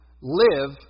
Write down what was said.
live